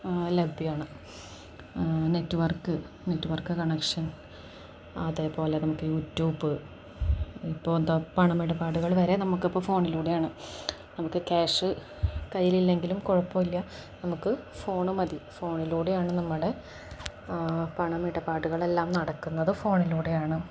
ലഭ്യമാണ് network network connection അതേപോലെ നമുക്ക് യൂട്യൂബ് ഇപ്പം എന്താണ് പണമിടപാടുകൾ വരെ നമുക്ക് ഇപ്പം ഫോണിലൂടെയാണ് നമുക്ക് ക്യാഷ് കയ്യിൾ ഇല്ലെങ്കിലും കുഴപ്പമില്ല നമുക്ക് ഫോണ് മതി ഫോണിലൂടെയാണ് നമ്മുടെ പണമിടപാടുകളെല്ലാം നടക്കുന്നത് ഫോണിലൂടെയാണ്